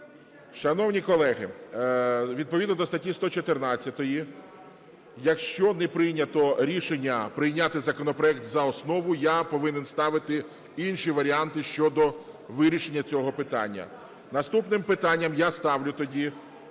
Шановні колеги, відповідно до статті 114, якщо не прийнято рішення прийняти законопроект за основу, я повинен ставити інші варіанти щодо вирішення цього питання. Наступним питанням я ставлю тоді